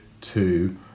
two